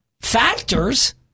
factors